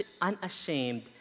unashamed